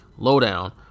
Lowdown